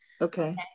Okay